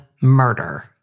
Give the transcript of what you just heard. murder